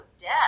death